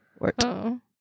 -oh